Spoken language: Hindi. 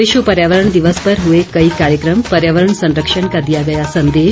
विश्व पर्यावरण दिवस पर हुए कई कार्यक्रम पर्यावरण संरक्षण का दिया गया संदेश